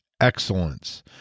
excellence